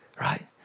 right